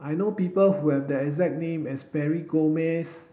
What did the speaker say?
I know people who have the exact name as Mary Gomes